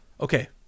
Okay